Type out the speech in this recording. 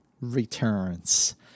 returns